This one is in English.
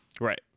Right